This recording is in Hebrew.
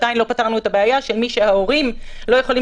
עדיין לא פתרנו את הבעיה של מי שההורים לא יכולים